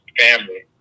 family